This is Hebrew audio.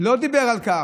הוא לא דיבר על כך.